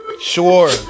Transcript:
sure